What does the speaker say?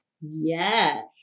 Yes